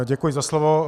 Děkuji za slovo.